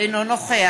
אינו נוכח